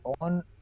on